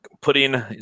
putting